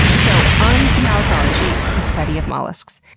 so on to malacology. the study of mollusks!